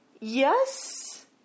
Yes